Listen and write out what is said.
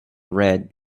red